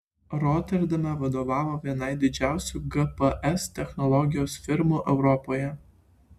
roterdame vadovavo vienai didžiausių gps technologijos firmų europoje